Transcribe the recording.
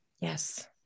Yes